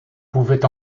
pouvait